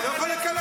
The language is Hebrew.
תסתכל עליך.